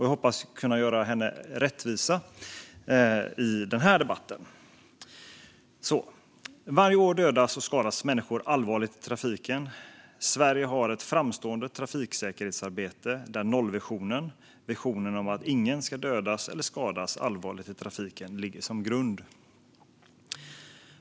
Jag hoppas att kunna göra henne rättvisa i den här debatten. Varje år dödas och skadas människor allvarligt i trafiken. Sverige har ett framstående trafiksäkerhetsarbete där nollvisionen, visionen om att ingen ska dödas eller skadas allvarligt i trafiken, ligger som grund.